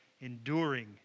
enduring